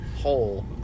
hole